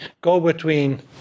go-between